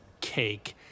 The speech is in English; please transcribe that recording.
cake